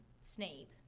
Snape